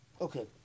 okay